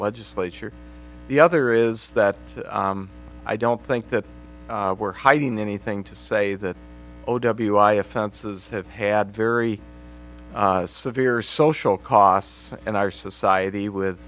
legislature the other is that i don't think that we're hiding anything to say that o w i offenses have had very severe social costs and our society with